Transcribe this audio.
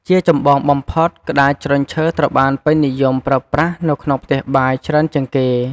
ជាចម្បងបំផុត ក្ដារជ្រញ់ឈើត្រូវបានពេញនិយមប្រើប្រាស់នៅក្នុងផ្ទះបាយច្រើនជាងគេ។